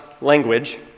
language